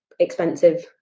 expensive